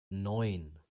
neun